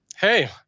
Hey